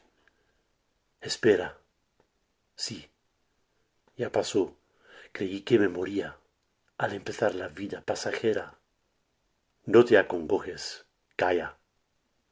derredor esperasí ya pasó crei que me moría al empezar la vida pasajera no te acongojes calla